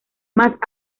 más